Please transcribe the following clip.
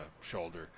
shoulder